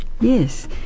Yes